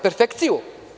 Perfekciju.